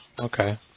Okay